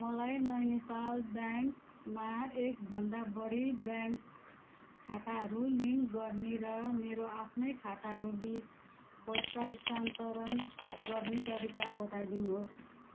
मलाई नैनिताल ब्याङ्कमा एकभन्दा बढी ब्याङ्क खाताहरू लिङ्क गर्ने र मेरो आफ्नै खाताहरू बिच पैसा स्थानान्तरण गर्ने तरिका बताइदिनुहोस्